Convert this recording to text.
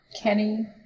Kenny